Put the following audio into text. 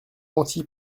menti